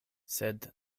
sed